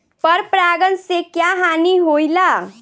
पर परागण से क्या हानि होईला?